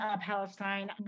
Palestine